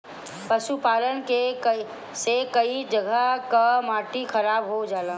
पशुपालन से कई जगह कअ माटी खराब हो जाला